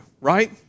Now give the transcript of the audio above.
right